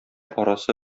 арасы